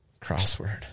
Crossword